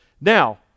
now